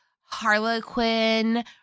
Harlequin